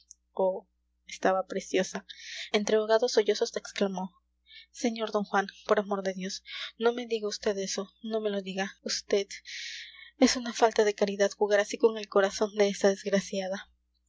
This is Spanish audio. oh estaba preciosa entre ahogados sollozos exclamó sr d juan por amor de dios no me diga vd eso no me lo diga vd es una falta de caridad jugar así con el corazón de esta desgraciada